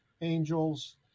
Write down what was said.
angels